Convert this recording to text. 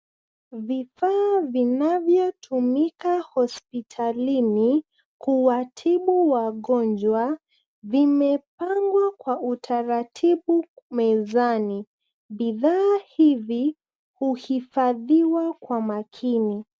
Vifaa vinavyotumika hospitalini kuwatibu wagonjwa vimepangwa kwa utaratibu mezani. Vifaa hivi huhifadhiwa kwa makini.